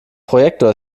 projektor